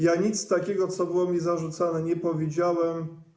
Ja nic takiego, co było mi zarzucane, nie powiedziałem.